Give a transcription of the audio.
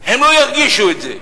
הם לא ירגישו את זה.